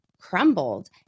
crumbled